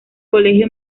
colegio